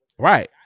Right